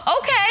Okay